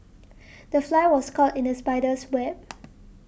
the fly was caught in the spider's web